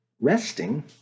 resting